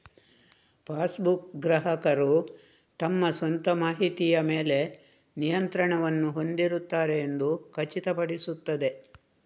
passbook, ಗ್ರಾಹಕರು ತಮ್ಮ ಸ್ವಂತ ಮಾಹಿತಿಯ ಮೇಲೆ ನಿಯಂತ್ರಣವನ್ನು ಹೊಂದಿದ್ದಾರೆ ಎಂದು ಖಚಿತಪಡಿಸುತ್ತದೆ